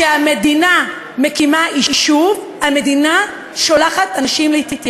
המדינה לא שלחה, הם הלכו על דעת